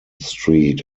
street